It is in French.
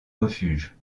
refuge